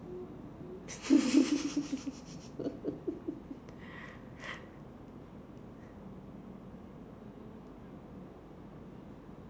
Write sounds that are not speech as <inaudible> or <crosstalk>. <laughs>